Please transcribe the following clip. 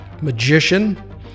magician